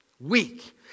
Weak